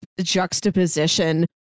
juxtaposition